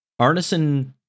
Arneson